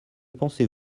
pensez